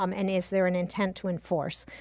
um and is there an intent to enforce?